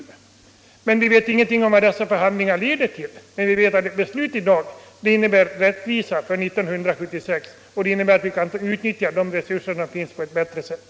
Vi vet emellertid ingenting om vad dessa förhandlingar leder till, men vi vet att ett beslut i dag innebär rättvisa för år 1976. Det innebär också att vi kan utnyttja de resurser som finns på ett bättre sätt.